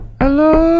hello